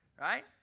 Right